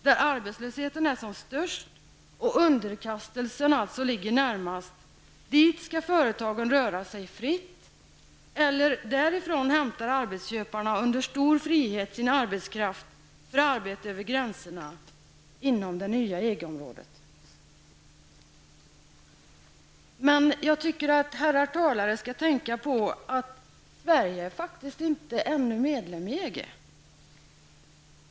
Där arbetslösheten är som störst och underkastelsen ligger närmast, dit skall företagen röra sig fritt, eller därifrån hämtar arbetsköparna under stor frihet sin arbetskraft för arbete över gränserna inom det nya EG-området. Men jag tycker att herrar talare skall tänka på att Sverige faktiskt inte ännu är medlem i EG.